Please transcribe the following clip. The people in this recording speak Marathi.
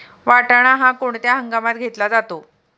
वाटाणा हा कोणत्या हंगामात घेतला जातो?